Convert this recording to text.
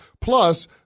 Plus